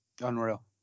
Unreal